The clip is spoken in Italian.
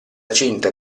cinta